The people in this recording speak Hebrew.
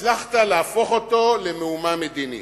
הצלחת להפוך אותו למהומה מדינית.